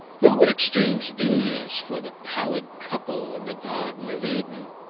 who would exchange these for the pallid couple in the garden of eden?